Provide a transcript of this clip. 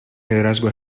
liderazgo